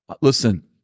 Listen